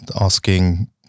asking